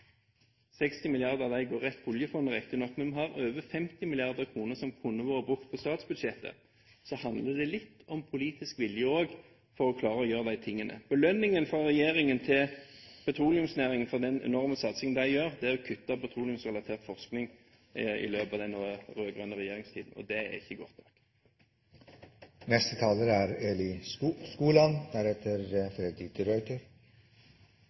går rett til oljefondet, riktignok – har vi over 50 mrd. kr som kunne vært brukt i statsbudsjettet. Da handler det også litt om politisk vilje til å klare å gjøre disse tingene. Belønningen fra regjeringen til petroleumsnæringen for den enorme satsingen de gjør, er å kutte i petroleumsrelatert forskning i løpet av den rød-grønne regjeringstiden. Og det er ikke godt